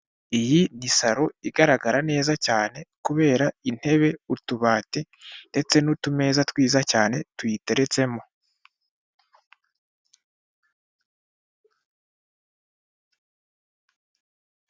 Iyi nisaro igaragara neza cyane kubera intebe, utubati, ndetse n'utumeza twiza cyane tuyiteretsemo.